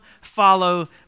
follow